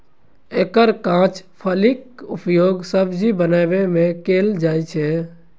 एकर कांच फलीक उपयोग सब्जी बनबै मे कैल जाइ छै